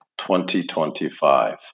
2025